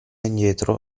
indietro